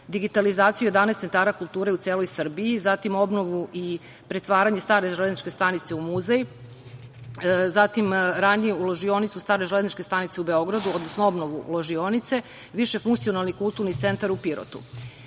digitalizaciju 11 centara kulture u celoj Srbiji, zatim obnovu i pretvaranje stare železničke u muzej, zatim ulaganje u ložionicu stare železničke stanice u Beogradu, odnosno obnovu ložionice, više funkcionalni Kulturni centar u Pirotu. Ova